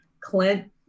Clint